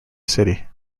city